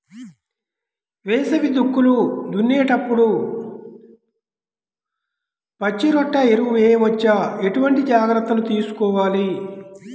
వేసవి దుక్కులు దున్నేప్పుడు పచ్చిరొట్ట ఎరువు వేయవచ్చా? ఎటువంటి జాగ్రత్తలు తీసుకోవాలి?